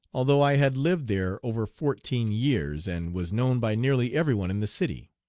although i had lived there over fourteen years, and was known by nearly every one in the city.